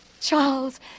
Charles